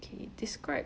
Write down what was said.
okay describe